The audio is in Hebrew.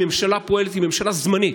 הממשלה הפועלת היא ממשלה זמנית.